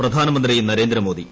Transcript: പ്രധാനമന്ത്രി നരേന്ദ്രമോദി